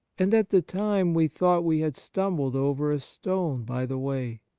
and at the time we thought we had stumbled over a stone by the way?